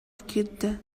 киирдэ